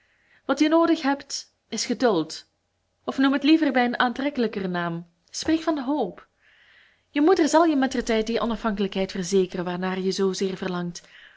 wat je noodig hebt is geduld of noem het liever bij een aantrekkelijker naam spreek van hoop je moeder zal je mettertijd die onafhankelijkheid verzekeren waarnaar je zoozeer verlangt